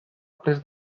prest